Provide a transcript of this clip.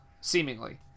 Seemingly